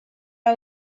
are